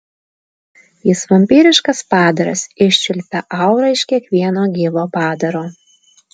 jis vampyriškas padaras iščiulpia aurą iš kiekvieno gyvo padaro